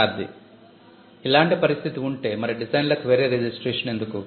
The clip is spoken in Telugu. విద్యార్ధి ఇలాంటి పరిస్థితి ఉంటే మరి డిజైన్ లకు వేరే రిజిస్ట్రేషన్ ఎందుకు